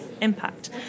impact